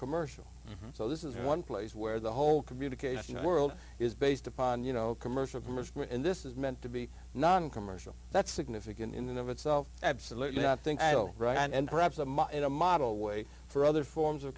commercial so this is one place where the whole communications world is based upon you know commercial and this is meant to be noncommercial that's significant in the of itself absolutely i think i'll write and perhaps i'm up in a model way for other forms of